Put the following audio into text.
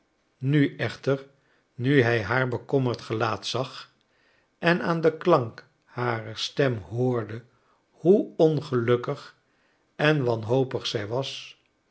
nu echter nu hij haar bekommerd gelaat zag en aan den klank harer stem hoorde hoe ongelukkig en wanhopig zij was